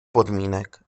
podmínek